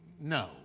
no